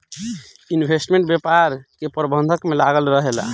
investment bank व्यापार के प्रबंधन में लागल रहेला